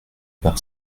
par